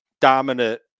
dominant